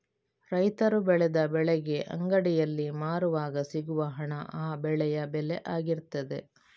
ರೈತರು ಬೆಳೆದ ಬೆಳೆಗೆ ಅಂಗಡಿಯಲ್ಲಿ ಮಾರುವಾಗ ಸಿಗುವ ಹಣ ಆ ಬೆಳೆಯ ಬೆಲೆ ಆಗಿರ್ತದೆ